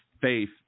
faith